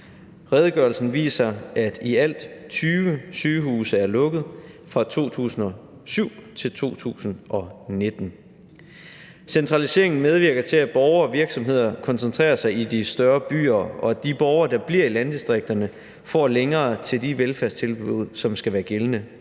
Redegørelsen viser, at i alt 20 sygehuse er lukket fra 2007 til 2019. Centraliseringen medvirker til, at borgere og virksomheder koncentrerer sig i de større byer, og at de borgere, der bliver i landdistrikterne, får længere til de velfærdstilbud, som skal være gældende